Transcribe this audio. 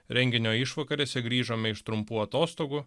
renginio išvakarėse grįžome iš trumpų atostogų